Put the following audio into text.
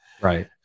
Right